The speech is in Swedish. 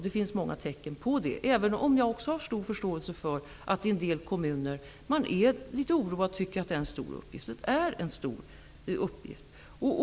Det finns många tecken på det, även om jag också har stor förståelse för att man i en del kommuner är litet oroad och tycker att det är en stor uppgift. Det är en stor uppgift.